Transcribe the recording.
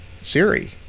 Siri